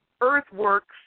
earthworks